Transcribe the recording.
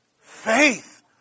faith